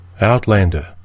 Outlander